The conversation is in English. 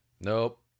Nope